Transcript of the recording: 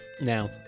Now